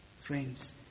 Friends